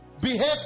behave